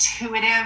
intuitive